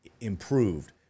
improved